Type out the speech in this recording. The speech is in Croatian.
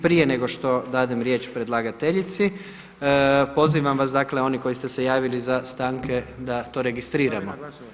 prije nego što dam riječ predlagateljici pozivam vas dakle oni koji ste javili za stanke da to registriramo.